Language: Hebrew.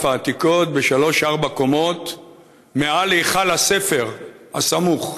העתיקות בשלוש-ארבע קומות מעל היכל הספר הסמוך?